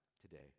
today